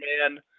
Man